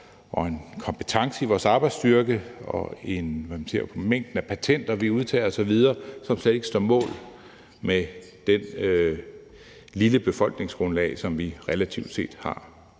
og en kompetence i vores arbejdsstyrke, også når man ser på mængden af patenter, vi udtager osv., som slet ikke står i forhold til det lille befolkningsgrundlag, som vi relativt set har.